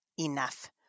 enough